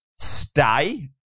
stay